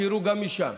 שיראו גם משם.